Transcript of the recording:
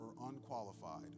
unqualified